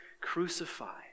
crucified